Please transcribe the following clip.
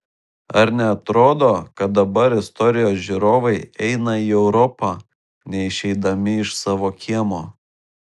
ar neatrodo kad dabar istorijos žinovai eina į europą neišeidami iš savo kiemo